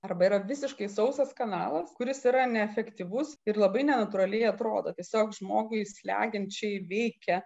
arba yra visiškai sausas kanalas kuris yra neefektyvus ir labai nenatūraliai atrodo tiesiog žmogui slegiančiai veikia